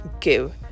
give